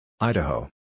Idaho